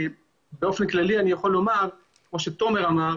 באופן כללי אני יכול לומר כמו שתומר אמר